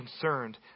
concerned